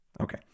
Okay